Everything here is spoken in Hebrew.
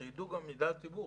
שידע הציבור,